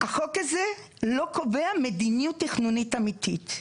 החוק הזה לא קובע מדיניות תכנונית אמיתית,